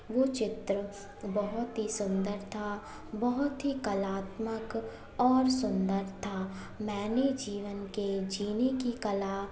वह चित्र बहुत ही सुंदर था बहुत ही कलात्मक और सुंदर था मैंने जीवन के जीने की कला